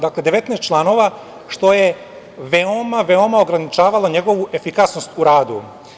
Dakle, 19 članova što je veoma, veoma ograničavalo njegovu efikasnost u radu.